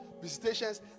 visitations